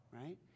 right